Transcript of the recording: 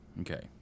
Okay